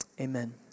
amen